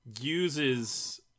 uses